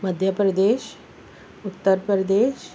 Madhya Pradesh Uttar Pradesh